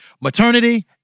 Maternity